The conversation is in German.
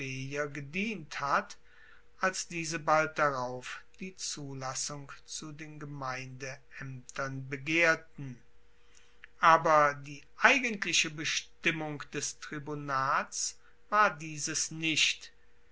plebejer gedient hat als diese bald darauf die zulassung zu den gemeindeaemtern begehrten aber die eigentliche bestimmung des tribunats war dieses nicht